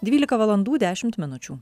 dvylika valandų dešimt minučių